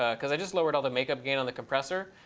ah because i just lowered all the makeup gain on the compressor.